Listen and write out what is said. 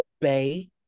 Bay